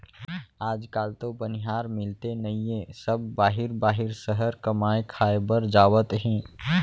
आज काल तो बनिहार मिलते नइए सब बाहिर बाहिर सहर कमाए खाए बर जावत हें